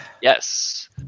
yes